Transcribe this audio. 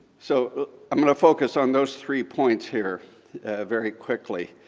so i'm going to focus on those three points here very quickly.